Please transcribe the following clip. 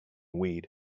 weed